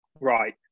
right